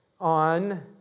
on